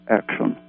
action